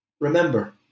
Remember